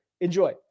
Enjoy